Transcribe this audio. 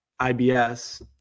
IBS